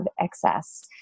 excess